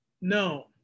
No